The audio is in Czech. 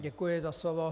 Děkuji za slovo.